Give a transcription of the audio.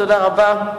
תודה רבה.